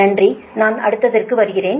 நன்றி நான் அடுத்ததற்கு வருகிறேன்